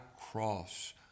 cross